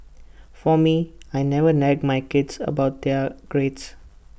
for me I never nag my kids about their grades